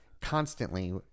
constantly